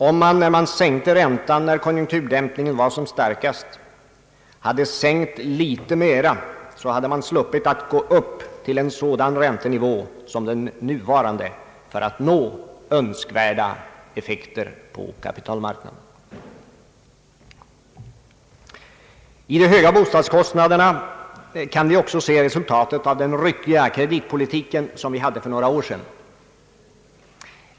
Om man, när man sänkte räntan då konjunkturdämpningen var som starkast, hade sänkt den litet mera, hade man sluppit att gå upp till en sådan räntenivå som den nuvarande för att nå önskvärda effekter på kapitalmarknaden. I de höga bostadskostnaderna kan vi också se resultatet av den ryckiga kreditpolitiken för några år sedan.